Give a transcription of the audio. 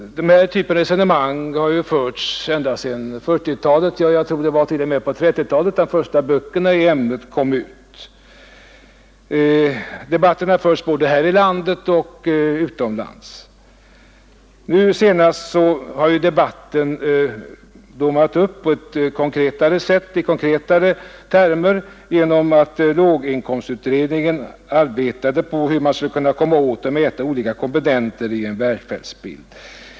Denna typ av resonemang har förts ända sedan 1940-talet. Jag tror att det t.o.m. var på 1930-talet de första böckerna i ämnet kom ut. Debatten har förts både här i landet och utomlands. Nu senast har debatten blommat upp i mera konkreta termer genom att låginkomstutredningen arbetade på hur man skulle komma åt att mäta olika komponenter i en välfärdsbild.